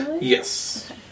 Yes